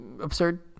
absurd